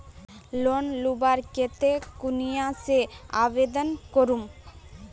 Loan लुबार केते कुनियाँ से आवेदन करूम?